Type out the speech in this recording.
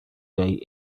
day